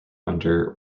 under